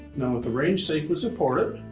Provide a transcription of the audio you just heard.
now with the range safely supported,